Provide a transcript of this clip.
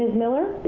miller?